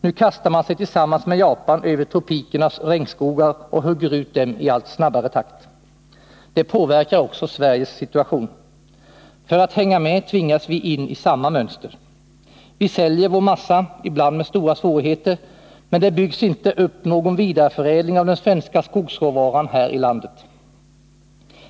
Nu kastar man sig tillsammans med Japan över tropikernas regnskogar och hugger ut dem i allt snabbare takt. Det påverkar också Sveriges situation. För att hänga med tvingas vi in i samma mönster. Vi säljer vår massa, ibland med stora svårigheter, men det byggs inte upp någon vidareförädling av den svenska skogsråvaran här i landet.